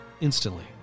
instantly